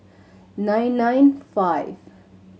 nine nine five